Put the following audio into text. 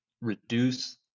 reduce